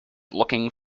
looking